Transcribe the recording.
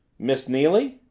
miss neily.